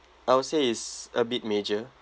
I would say is a bit major